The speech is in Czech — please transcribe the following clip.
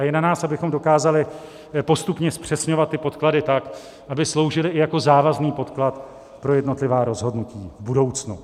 A je na nás, abychom dokázali postupně zpřesňovat podklady tak, aby sloužily i jako závazný podklad pro jednotlivá rozhodnutí v budoucnu.